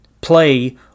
play